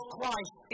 Christ